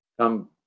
come